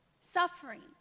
suffering